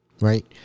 right